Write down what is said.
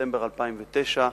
בספטמבר 2009,